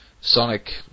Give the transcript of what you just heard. Sonic